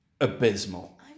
abysmal